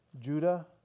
Judah